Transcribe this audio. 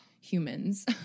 humans